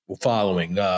following